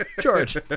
george